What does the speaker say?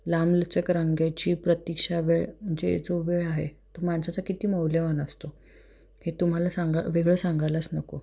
लांबलचक रांगेची प्रतिक्षा वेळ म्हणजे जो वेळ आहे तो माणसाचा किती मौल्यवान असतो हे तुम्हाला सांगा वेगळं सांगायलाच नको